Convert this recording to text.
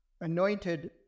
anointed